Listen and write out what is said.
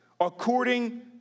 according